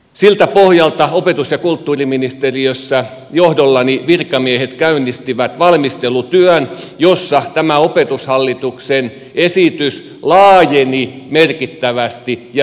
siltä pohjalta opetus ja kulttuuriministeriössä johdollani virkamiehet käynnistivät valmistelutyön jossa tämä opetushallituksen esitys laajeni merkittävästi ja se syveni merkittävästi